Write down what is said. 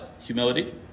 Humility